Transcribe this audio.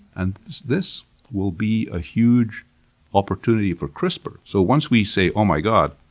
and this will be a huge opportunity for crispr. so, once we say oh, my god!